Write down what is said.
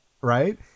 right